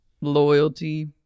loyalty